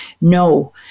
no